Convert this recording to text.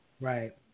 right